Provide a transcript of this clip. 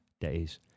days